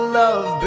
love